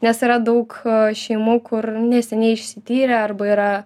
nes yra daug šeimų kur neseniai išsityrę arba yra